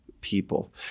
people